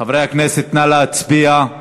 חברי הכנסת, נא להצביע.